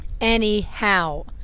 anyhow